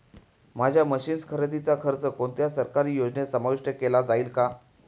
माझ्या मशीन्स खरेदीचा खर्च कोणत्या सरकारी योजनेत समाविष्ट केला जाईल का?